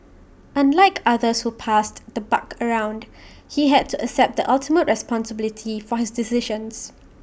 unlike others who passed the buck around he had to accept the ultimate responsibility for his decisions